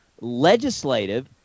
legislative